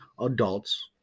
adults